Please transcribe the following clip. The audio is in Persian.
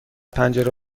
پنجره